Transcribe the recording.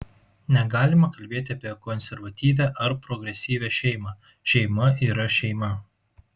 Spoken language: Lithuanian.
negalima kalbėti apie konservatyvią ar progresyvią šeimą šeima yra šeima